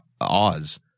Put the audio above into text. Oz